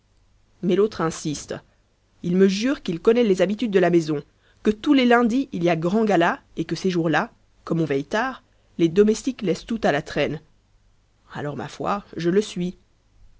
mais l'autre insiste il me jure qu'il connaît les habitudes de la maison que tous les lundis il y a grand gala et que ces jours-là comme on veille tard les domestiques laissent tout à la traîne alors ma foi je le suis